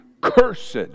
cursed